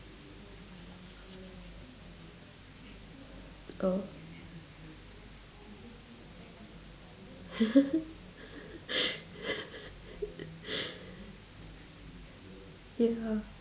oh ya